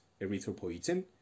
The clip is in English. erythropoietin